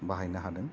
बाहायनो हादों